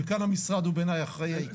מנכ"ל המשרד הוא בעיניי האחראי העיקרי.